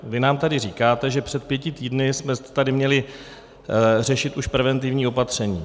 Vy nám tady říkáte, že před pěti týdny jsme tady měli už řešit preventivní opatření.